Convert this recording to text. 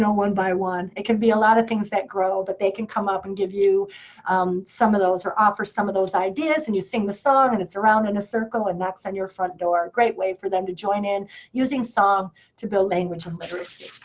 one by one. it can be a lot of things that grow. but they can come up and give you um some of those, or offer some of those ideas, and you sing the song, and it's around in the circle, and knocks on your front door. great way for them to join in using song to build language and literacy.